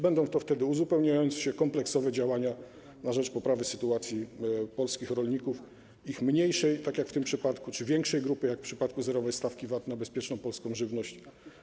Będą to wtedy uzupełniające się, kompleksowe działania na rzecz poprawy sytuacji polskich rolników, ich mniejszej grupy, jak w tym przypadku, czy większej grupy, jak w przypadku zerowej stawki VAT na bezpieczną polską żywność.